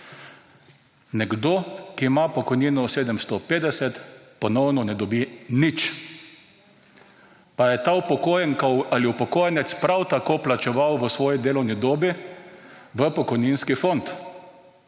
Nekdo, ki ima pokojnino 750, ponovno ne dobi nič. Pa je ta upokojenka ali upokojenec prav tako plačeval v svoji delovni dobi v pokojninski fond.